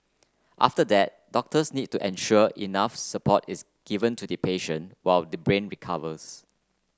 after that doctors need to ensure enough support is given to the patient while the brain recovers